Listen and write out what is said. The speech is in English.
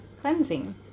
cleansing